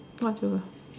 what to